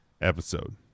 episode